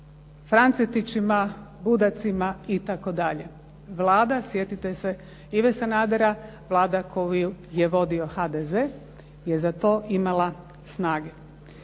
Francetićima, Budacima itd. Vlada sjetite se, Ive Sanadera, Vlada koju je vodio HDZ je za to imala snage.